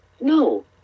no